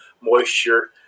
moisture